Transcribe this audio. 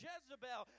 Jezebel